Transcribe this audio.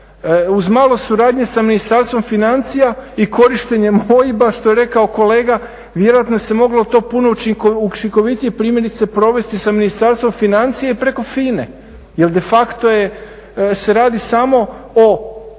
Uz malo suradnje sa Ministarstvom financija i korištenjem OIB-a što je rekao kolega, vjerojatno se moglo to puno učinkovitije, primjerice provesti sa Ministarstvom financija i preko FINA-e jer de facto se radi samo o